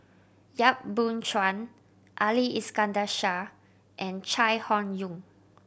Yap Boon Chuan Ali Iskandar Shah and Chai Hon Yoong